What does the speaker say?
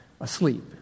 asleep